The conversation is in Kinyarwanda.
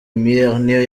niyo